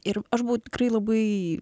ir aš buvau tikrai labai